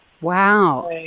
Wow